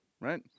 right